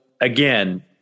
again